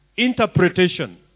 interpretation